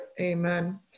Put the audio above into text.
Amen